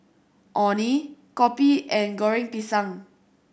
Orh Nee Kopi and Goreng Pisang